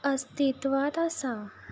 अस्तित्वांत आसा